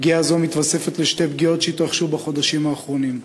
פגיעה זו מתווספת לשתי פגיעות שהתרחשו בחודשים האחרונים: